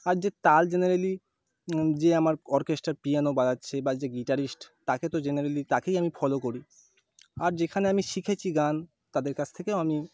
আর যে তাল জেনারেলি যে আমার অর্কেস্ট্রার পিয়ানো বাজাচ্ছে বা যে গিটারিস্ট তাকে তো জেনারেলি তাকেই আমি ফলো করি আর যেখানে আমি শিখেছি গান তাদের কাছ থেকেও আমি